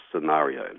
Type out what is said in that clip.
scenario